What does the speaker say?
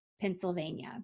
Pennsylvania